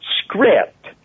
script